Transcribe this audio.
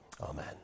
Amen